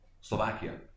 Slovakia